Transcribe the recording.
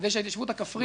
כדי שההתיישבות הכפרית